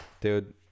Dude